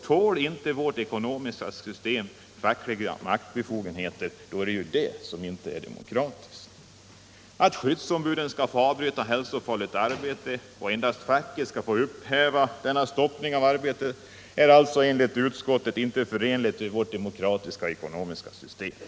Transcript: Tål inte vårt ekonomiska system fackliga maktbefogenheter, är det inte heller demokratiskt. Förslaget att skyddsombuden skall få avbryta hälsofarligt arbete och att endast facket skall få upphäva denna stoppning av arbetet är alltså enligt utskottet inte förenligt med vårt demokratiska och ekonomiska system.